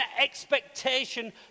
expectation